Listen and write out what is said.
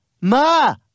Ma